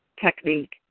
technique